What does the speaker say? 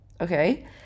okay